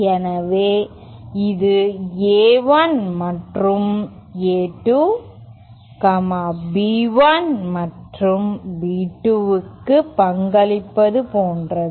எனவே இது A1 மற்றும் A2 B1 மற்றும் B2 க்கு பங்களிப்பது போன்றது